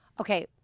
okay